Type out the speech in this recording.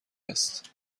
است